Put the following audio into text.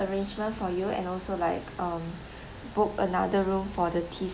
arrangement for you and also like um book another room for the tea